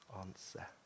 answer